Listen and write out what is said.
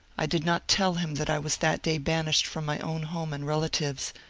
i did not tell him that i was that day banished from my own home and relatives,